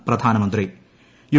E പ്രധാനമന്ത്രി U